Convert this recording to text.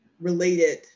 related